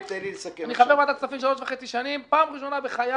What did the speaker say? אני חבר ועדת כספים שלוש שנים וחצי וזו הפעם הראשונה בחיי